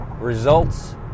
results